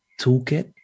Toolkit